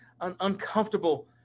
uncomfortable